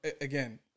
Again